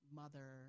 mother